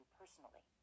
personally